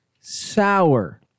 sour